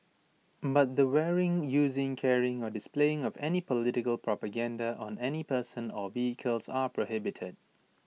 but the wearing using carrying or displaying of any political propaganda on any person or vehicles are prohibited